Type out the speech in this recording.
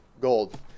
gold